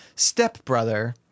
step-brother